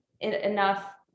enough